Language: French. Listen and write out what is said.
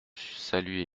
salue